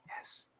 yes